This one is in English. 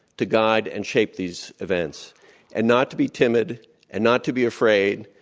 to guide and shape these events and not to be timid and not to be afraid,